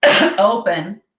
open